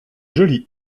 joli